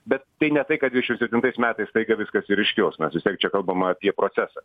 bet tai ne tai kad dvidešim septintais metais staiga viskas ir iškils mes vis tiek čia kalbama apie procesą